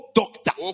doctor